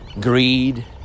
greed